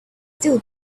still